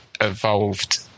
evolved